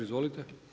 Izvolite.